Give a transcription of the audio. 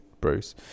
Bruce